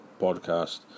podcast